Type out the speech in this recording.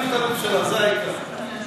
בבקשה, אדוני.